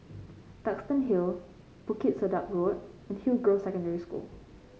Duxton Hill Bukit Sedap Road and Hillgrove Secondary School